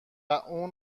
اون